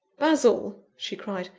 basil, she cried,